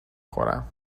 خورم